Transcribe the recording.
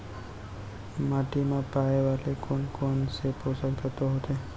माटी मा पाए वाले कोन कोन से पोसक तत्व होथे?